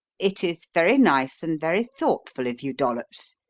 it is very nice and very thoughtful of you, dollops,